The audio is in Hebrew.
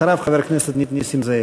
אחריו, חבר הכנסת נסים זאב.